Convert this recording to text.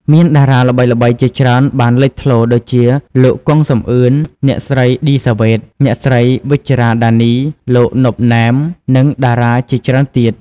មានតារាល្បីៗជាច្រើនបានលេចធ្លោរដូចជាលោក គង់ សំអឿន អ្នកស្រី ឌី សាវ៉េត អ្នកស្រី វិជ្ជរ៉ា ដានី លោក ណុប ណែម និងតារាជាច្រើនទៀត។